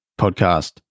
podcast